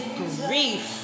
grief